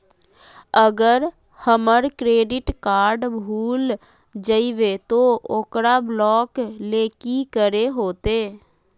अगर हमर credit card भूल जइबे तो ओकरा ब्लॉक लें कि करे होते?